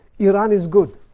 iran is good.